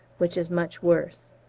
which is much worse.